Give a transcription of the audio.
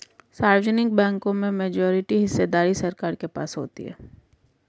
सार्वजनिक बैंकों में मेजॉरिटी हिस्सेदारी सरकार के पास होती है